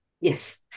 Yes